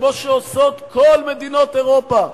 כמו שעושות כל מדינות אירופה,